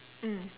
mm